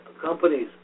Companies